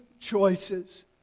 choices